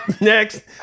Next